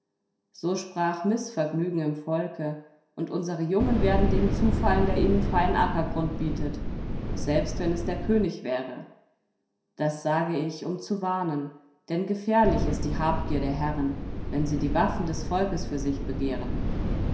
so sprach mißvergnügen im volke und unsere jungen werden dem zufallen der ihnen freien ackergrund bietet selbst wenn es der könig wäre das sage ich um zu warnen denn gefährlich ist die habgier der herren wenn sie die waffen des volkes für sich begehren